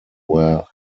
were